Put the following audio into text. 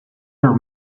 our